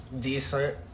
decent